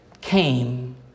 came